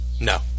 No